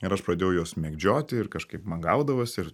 ir aš pradėjau juos mėgdžioti ir kažkaip man gaudavosi ir